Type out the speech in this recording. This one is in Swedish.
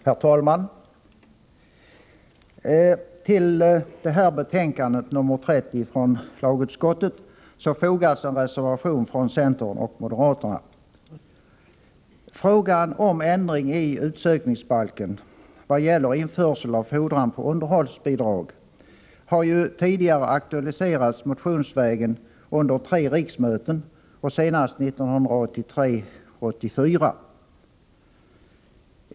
Herr talman! Till det här betänkandet nr 30 från lagutskottet har fogats en reservation från centerpartiet och moderata samlingspartiet. Frågan om ändring i utsökningsbalken i vad gäller införsel av fordran på underhållsbidrag har ju tidigare aktualiserats motionsvägen under tre riksmöten, senast 1983/84.